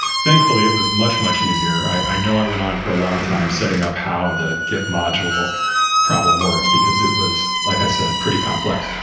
thankfully, it was much, much easier. i know i went on for a long time setting up how the git module problem worked, because it was like i said, pretty complex.